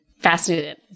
fascinated